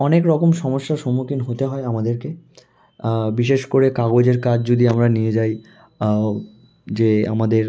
অনেক রকম সমস্যার সম্মুখীন হতে হয় আমাদেরকে বিশেষ করে কাগজের কাজ যদি আমরা নিজে যাই যে আমাদের